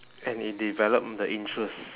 and it develop the interest